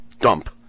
dump